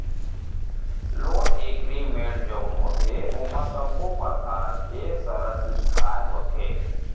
loan agreement जउन होथे ओमा सब्बो परकार के सरत लिखाय होथे